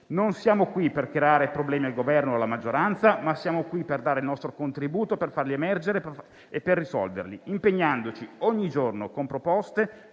Non siamo qui per creare problemi al Governo o alla maggioranza, ma per dare il nostro contributo per farli emergere e per risolverli, impegnandoci ogni giorno con proposte,